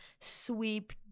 sweep